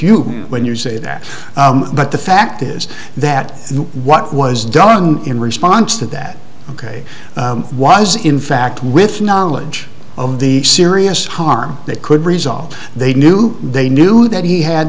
you when you say that but the fact is that what was done in response to that ok was in fact with knowledge of the serious harm that could resolve they knew they knew that he had